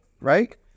right